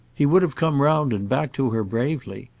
he would have come round and back to her bravely,